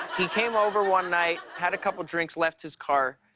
he came over one night, had a couple drinks, left his car.